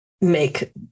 make